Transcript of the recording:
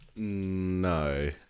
no